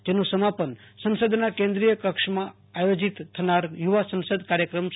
જેનું સમાપન સંસદના કેન્દ્રીય કક્ષમાં આયોજીત થનાર યુ વા સંસ્દ કાર્યક્રમ સાથે થશે